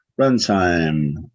runtime